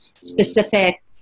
specific